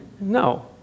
No